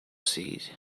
seed